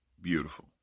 beautiful